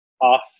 off